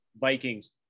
Vikings